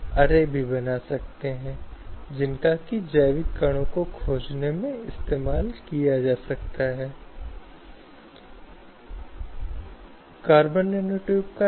किसी भी प्रकार की सामान्य टिप्पणी जो आम तौर पर व्यक्ति महिला होने के बावजूद की जाती है तब वह यौन उत्पीड़न के चरित्र या रंग को नहीं लेगी